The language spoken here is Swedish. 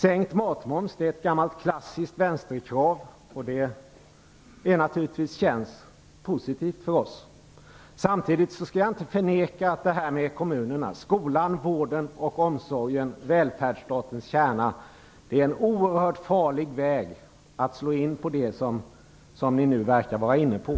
Sänkt matmoms är ett gammalt klassiskt vänsterkrav. Det känns naturligtvis positivt för oss. Samtidigt skall jag inte förneka att förslagen vad gäller kommunerna - skolan, vården och omsorgen, dvs. välfärdsstatens kärna - är en oerhört farlig väg att slå in på, vilket ni nu verkar vara inne på.